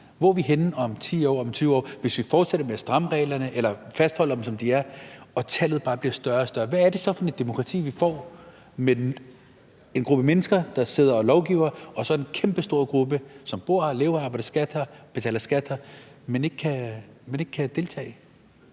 Hvor er vi henne om 10 år, om 20 år, hvis vi fortsætter med at fastholde reglerne, som de er, og tallet bare bliver større og større? Hvad er det så for et demokrati, vi får, med en gruppe mennesker, der sidder og lovgiver, og så er der en kæmpestor gruppe, som bor her, lever her, betaler skat her, men som ikke kan deltage?